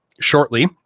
shortly